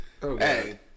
Hey